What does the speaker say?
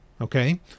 Okay